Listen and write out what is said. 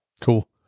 Cool